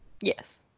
Yes